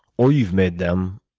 or you've made them,